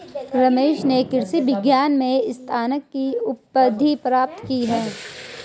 रमेश ने कृषि विज्ञान में स्नातक की उपाधि प्राप्त की